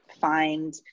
find